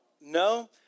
no